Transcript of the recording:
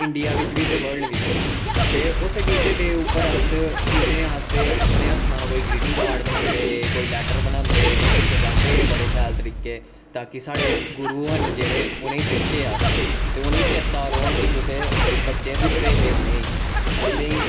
India बिच्च बी ते बल्ड बिच्च बी ते उस टीचर डे उप्पर अस टीचरें आस्तै अपने हत्ता दा कोई ग्रिटिंग कार्ड बनांदे हे तो कोई लैटर बनांदे हे उसी सज़ादें हे बड़े शैल तरीके दे ताकि साढ़े गुरु होर न जेह्के उनेंगी देचे अस ते उनें चेता रौह्ॅन कि कुसै बच्चै दित्ते हे उनेंगी उंदे